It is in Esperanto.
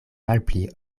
malpli